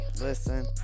Listen